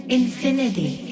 infinity